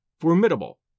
formidable